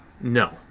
No